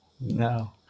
No